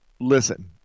Listen